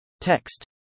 text